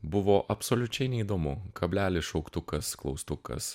buvo absoliučiai neįdomu kablelis šauktukas klaustukas